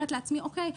אומרת לעצמי: אוקיי,